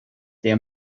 der